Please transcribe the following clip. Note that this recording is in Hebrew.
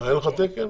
אין לך תקן?